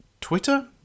Twitter